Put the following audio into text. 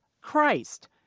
Christ